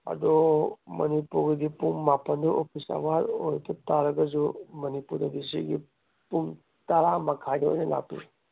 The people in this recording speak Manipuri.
ꯑꯗꯣ ꯃꯔꯤꯄꯨꯔꯒꯤꯗꯤ ꯄꯨꯡ ꯃꯥꯄꯟꯗ ꯑꯣꯐꯤꯁ ꯑꯋꯥꯔ ꯑꯣꯏꯗ ꯇꯥꯔꯒꯁꯨ ꯃꯅꯤꯄꯨꯔꯗꯗꯤ ꯁꯤꯒꯤ ꯄꯨꯡ ꯇꯔꯥ ꯃꯈꯥꯏꯗ ꯑꯣꯏꯅ ꯂꯥꯛꯄꯤꯌꯨ